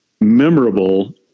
memorable